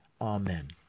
Amen